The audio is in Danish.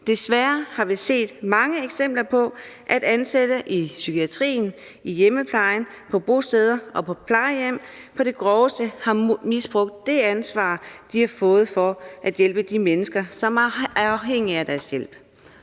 Desværre har vi set mange eksempler på, at ansatte i psykiatrien, i hjemmeplejen, på bosteder og på plejehjem på det groveste har misbrugt det ansvar, de har fået, for at hjælpe de mennesker, som er afhængige af deres hjælp.